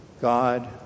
God